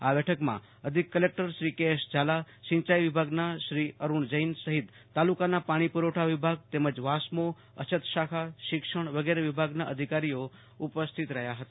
આ બેઠકમાં અધિક કલેકટર કે એલ ઝાલા સિંચાઈ વિભાગના અરુણ જૈન સહીત તાલુકાના પાણી પુરવઠા વિભાગ તેમજ વાસ્મો અછત શાખા શિક્ષણ વગેરે વિભાગના અધિકારીઓ ઉપસ્થિત રહ્યા હતા